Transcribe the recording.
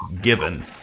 given